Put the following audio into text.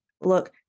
look